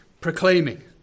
proclaiming